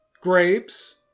grapes